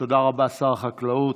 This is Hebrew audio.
תודה רבה, שר החקלאות.